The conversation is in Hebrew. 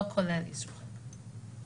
לא כולל אסרו חג.